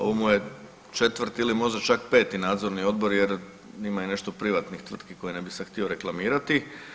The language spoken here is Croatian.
Ovo mu je četvrti ili možda čak peti nadzorni odbor jer ima i nešto privatnih tvrtki koje ne bih sad htio reklamirati.